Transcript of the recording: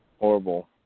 horrible